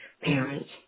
parents